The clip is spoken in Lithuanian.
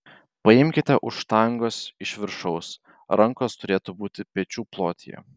paimkite už štangos iš viršaus rankos turėtų būti pečių plotyje